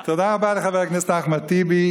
תודה רבה לחבר הכנסת אחמד טיבי.